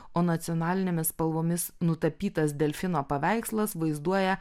o nacionalinėmis spalvomis nutapytas delfino paveikslas vaizduoja